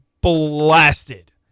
blasted